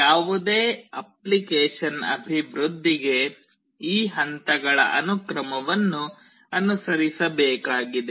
ಯಾವುದೇ ಅಪ್ಲಿಕೇಶನ್ ಅಭಿವೃದ್ಧಿಗೆ ಈ ಹಂತಗಳ ಅನುಕ್ರಮವನ್ನು ಅನುಸರಿಸಬೇಕಾಗಿದೆ